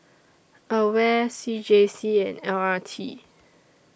AWARE C J C and L R T